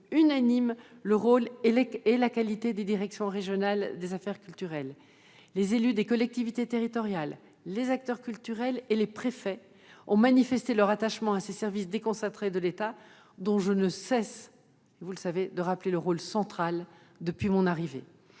unanime le rôle et la qualité des directions régionales des affaires culturelles, les DRAC. Les élus des collectivités territoriales, les acteurs culturels et les préfets ont manifesté leur attachement à ces services déconcentrés de l'État, dont je ne cesse de rappeler, vous le savez, le rôle central depuis mon arrivée.